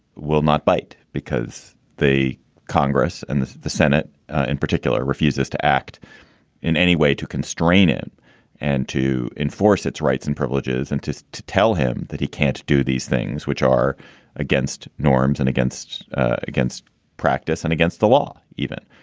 will not bite because the congress and the the senate in particular refuses to act in any way to constrain it and to enforce its rights and privileges. and just to tell him that he can't do these things which are against norms and against against practice and against the law even.